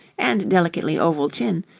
and delicately oval chin,